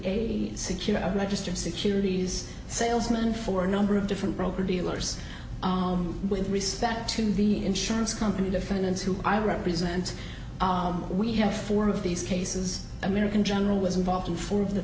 a secure of registered securities salesman for a number of different broker dealers with respect to the insurance company defendants who i represent we have four of these cases american g no was involved in four